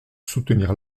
soutenir